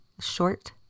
short